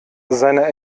seine